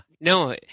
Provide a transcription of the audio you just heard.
No